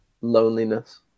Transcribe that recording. loneliness